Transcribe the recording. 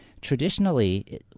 Traditionally